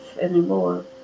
anymore